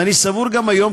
ואני סבור גם היום,